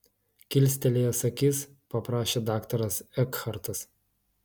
kilstelėjęs akis paprašė daktaras ekhartas